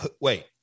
wait